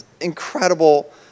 incredible